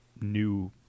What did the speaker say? new